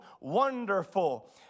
Wonderful